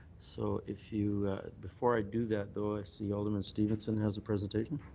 so if you before i do that, though, i see alderman stevenson has a presentation?